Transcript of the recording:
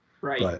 right